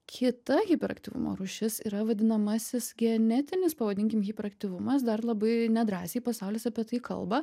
kita hiperaktyvumo rūšis yra vadinamasis genetinis pavadinkim hiperaktyvumas dar labai nedrąsiai pasaulis apie tai kalba